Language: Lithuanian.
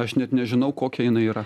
aš net nežinau kokia jinai yra